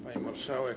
Pani Marszałek!